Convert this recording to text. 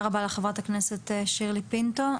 תודה.) תודה רבה לחברת הכנסת שירלי פינטו.